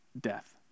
death